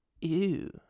Ew